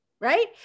right